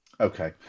Okay